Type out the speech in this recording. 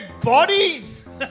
bodies